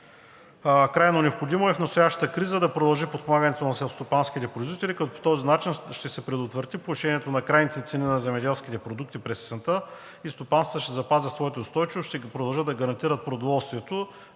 Крайно необходимо е в настоящата криза да продължи подпомагането на селскостопанските производители, като по този начин ще се предотврати повишението на крайните цени на земеделските продукти през есента и стопанствата ще запазят своята устойчивост и ще продължат да гарантират продоволствието.